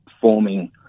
forming